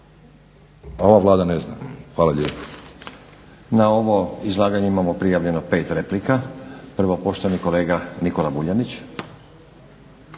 **Stazić, Nenad (SDP)** Na ovo izlaganje imamo prijavljeno 5 replika. Prvo poštovani kolega Nikola Vuljanić.